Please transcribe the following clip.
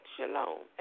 Shalom